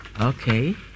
Okay